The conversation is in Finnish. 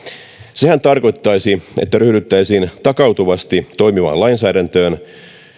sehän tarkoittaisi että ryhdyttäisiin takautuvasti toimivaan lainsäädäntöön